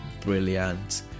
brilliant